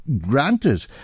granted